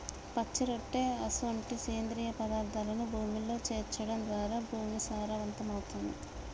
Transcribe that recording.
పచ్చిరొట్ట అసొంటి సేంద్రియ పదార్థాలను భూమిలో సేర్చడం ద్వారా భూమి సారవంతమవుతుంది